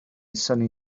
synnu